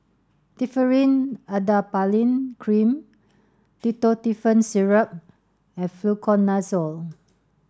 Differin Adapalene Cream Ketotifen Syrup and Fluconazole